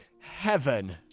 heaven